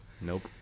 Nope